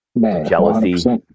jealousy